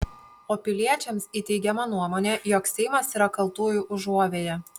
o piliečiams įteigiama nuomonė jog seimas yra kaltųjų užuovėja